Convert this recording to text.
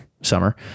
summer